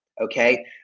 Okay